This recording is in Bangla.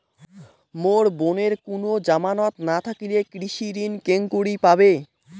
মোর বোনের কুনো জামানত না থাকিলে কৃষি ঋণ কেঙকরি পাবে?